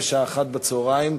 בשעה 13:00,